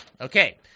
Okay